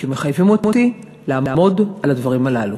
שמחייבים אותי לעמוד על הדברים הללו.